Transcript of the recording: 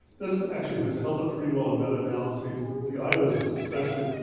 this actually has held up pretty well in meta analysis. the eye business especially,